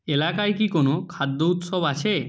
এলাকায় কি কোনও খাদ্য উৎসব আছে